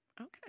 Okay